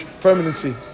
permanency